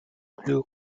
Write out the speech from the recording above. blue